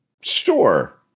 sure